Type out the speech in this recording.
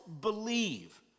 believe